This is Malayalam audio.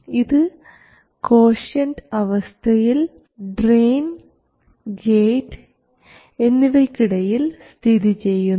ഇത് കോഷ്യന്റ് അവസ്ഥയിൽ ഡ്രയിൻ ഗേറ്റ് എന്നിവയ്ക്കിടയിൽ സ്ഥിതിചെയ്യുന്നു